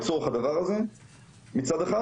לצורך הדבר הזה מצד אחד,